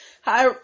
Hi